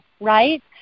right